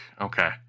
Okay